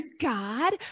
God